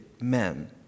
men